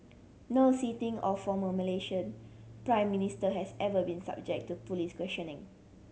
no sitting or former Malaysian Prime Minister has ever been subject to police questioning